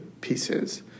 pieces